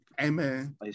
Amen